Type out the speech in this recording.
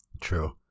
True